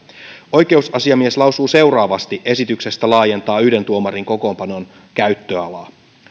oikeusasiamies lausuu seuraavasti esityksestä laajentaa yhden tuomarin kokoonpanon käyttöalaa